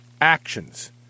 actions